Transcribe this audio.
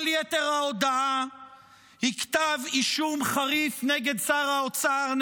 כל יתר ההודעה היא כתב אישום חריף נגד שר האוצר,